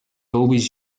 always